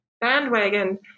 bandwagon